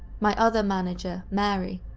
my other manager, mary,